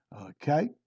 okay